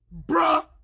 Bruh